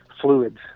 fluids